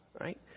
Right